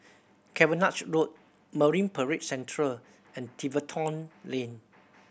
Cavenagh Road Marine Parade Central and Tiverton Lane